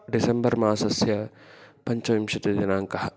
December मासस्य पञ्चविंशतिदिनाङ्कः